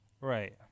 Right